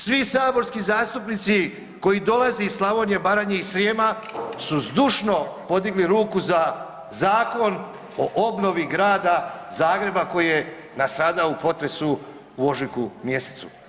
Svi saborski zastupnici koji dolaze iz Slavonije, Baranje i Srijema su zdušno podigli ruku za Zakon o obnovi grada Zagreba koji je nastradao u potresu u ožujku mjesecu.